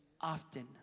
often